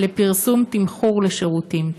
לפרסום תמחור לשירותים?